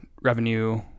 revenue